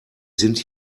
sind